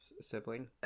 Sibling